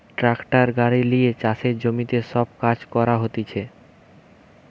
tractor গাড়ি লিয়ে চাষের জমিতে সব কাজ করা হতিছে